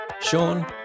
Sean